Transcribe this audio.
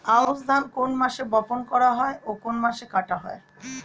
আউস ধান কোন মাসে বপন করা হয় ও কোন মাসে কাটা হয়?